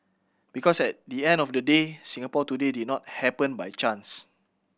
because at the end of the day Singapore today did not happen by chance